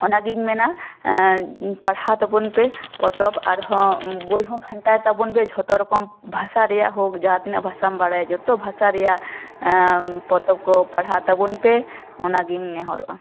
ᱚᱱᱟ ᱜᱤᱧ ᱢᱮᱱᱟ ᱯᱟᱲᱦᱟᱣ ᱛᱟᱵᱚᱱ ᱯᱮ ᱯᱚᱛᱚᱵ ᱟᱨ ᱦᱚᱸ ᱵᱳᱭ ᱦᱚ ᱜᱷᱟᱱᱴᱟᱭ ᱛᱟᱵᱚᱱ ᱯᱮ ᱡᱷᱚᱛᱚ ᱨᱚᱠᱚᱢ ᱵᱷᱟᱥᱟ ᱨᱮᱭᱟ ᱦᱳᱠ ᱡᱟᱦᱟ ᱛᱤᱱᱟᱹ ᱵᱷᱟᱥᱟᱢ ᱵᱟᱲᱟᱭᱟ ᱡᱷᱚᱛᱚ ᱵᱷᱟᱥᱟ ᱨᱮᱭᱟᱜ ᱯᱚᱛᱚᱵ ᱠᱚ ᱯᱟᱲᱦᱟᱣ ᱛᱟᱵᱚᱱ ᱯᱮ ᱚᱱᱟᱜᱮ ᱤᱧ ᱱᱮᱦᱚᱨᱚᱜ ᱼᱟ